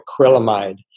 acrylamide